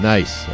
Nice